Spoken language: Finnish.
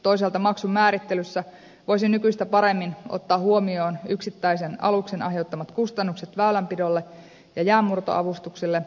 toisaalta maksun määrittelyssä voisi nykyistä paremmin ottaa huomioon yksittäisen aluksen aiheuttamat kustannukset väylänpidolle ja jäänmurtoavustukselle